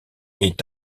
est